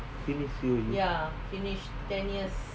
finish use already